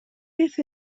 beth